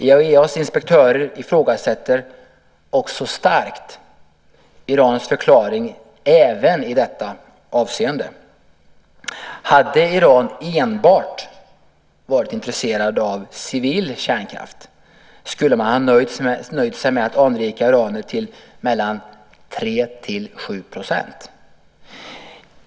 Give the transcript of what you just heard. IAEA:s inspektörer ifrågasätter också starkt Irans förklaring även i detta avseende. Hade Iran enbart varit intresserat av civil kärnkraft skulle man ha nöjt sig med att anrika uranet till 3-7 %.